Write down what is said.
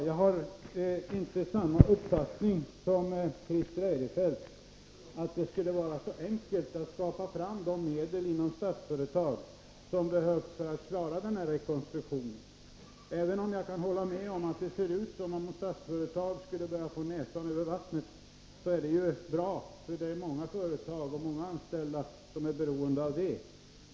Jag har inte samma uppfattning som Christer Eirefelt, att det skulle vara så enkelt att skaffa fram de medel inom Statsföretag som behövs för att klara den här rekonstruktionen. Jag kan hålla med om att det ser ut som om Statsföretag skulle börja få näsan över vattnet, och det är bra, för det är många företag och många anställda som är beroende av det.